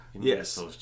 Yes